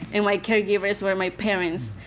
and my caregivers were my parents.